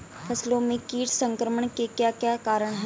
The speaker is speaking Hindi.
फसलों में कीट संक्रमण के क्या क्या कारण है?